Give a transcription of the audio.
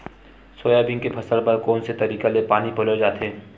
Soybean के फसल बर कोन से तरीका ले पानी पलोय जाथे?